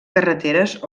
carreteres